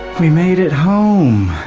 we made it home.